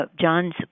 John's